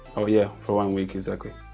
oh yeah for one week exactly